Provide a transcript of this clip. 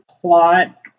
plot